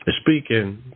Speaking